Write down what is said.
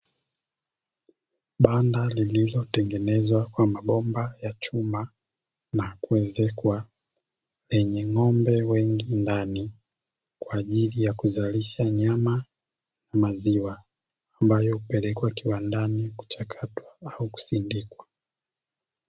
Banda lililotengenezwa kwa mabomba ya chuma na kuezekwa, lenye ng’ombe wengi ndani kwa ajili ya kuzalisha nyama, maziwa ambayo hupelekwa kiwandani kuchakatwa au kusindikwa.